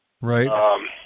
Right